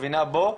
מבינה בו,